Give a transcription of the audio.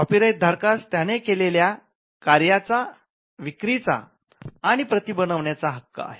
copyright धारकास त्याने केलेल्या कार्याच्या विक्रीचा आणि प्रती बनविण्याचा हक्क आहे